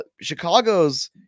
Chicago's